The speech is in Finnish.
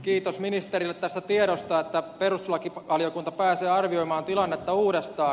kiitos ministerille tästä tiedosta että perustuslakivaliokunta pääsee arvioimaan tilannetta uudestaan